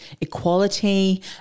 equality